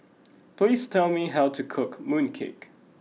please tell me how to cook mooncake